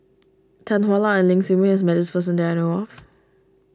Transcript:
Tan Hwa Luck and Ling Siew May has met this person that I know of